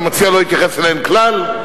שהמציע לא התייחס אליהן כלל.